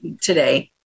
today